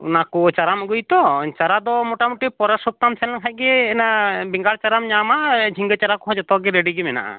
ᱚᱱᱟ ᱠᱚ ᱪᱟᱨᱟᱢ ᱟᱹᱜᱩᱭᱟᱛᱚ ᱪᱟᱨᱟ ᱫᱚ ᱢᱳᱴᱟᱢᱩᱴᱤ ᱯᱚᱨᱮ ᱥᱚᱯᱛᱟᱦᱚᱢ ᱥᱮᱱ ᱞᱮᱱᱠᱷᱟᱱ ᱜᱮ ᱚᱱᱟ ᱵᱮᱜᱟᱲ ᱪᱟᱨᱟᱢ ᱧᱟᱢᱟ ᱡᱷᱤᱜᱟᱹ ᱪᱟᱨᱟ ᱠᱚᱦᱚᱸ ᱡᱚᱛᱚ ᱜᱮ ᱨᱮᱰᱤ ᱜᱮ ᱢᱮᱱᱟᱜᱼᱟ